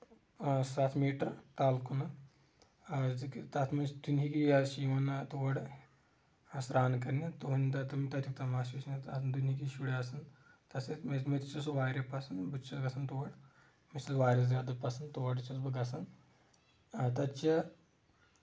سَتھ میٖٹر تَل کُنتھ تَتھ منٛز چھِ دُنہیٖکی یِوان تور سران کرنہِ تِم تَتیُک تَماشہٕ وُچھنہِ دُنہیٖکی شُر آسان تَتھ سۭتۍ مےٚ تہِ چھ سُہ واریاہ پسنٛد بہٕ تہِ چھس گژھان تور مےٚ چُھ واریاہ زیادٕ پسنٛد تور چھس بہٕ گژھان تَتہِ چھِ